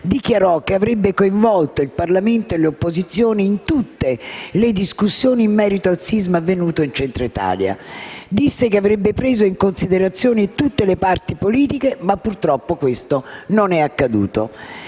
dichiarato che avrebbe coinvolto il Parlamento e le opposizioni in tutte le discussioni in merito al sisma avvenuto nel Centro Italia. Disse che avrebbe preso in considerazione tutte le parti politiche, ma purtroppo questo non è accaduto.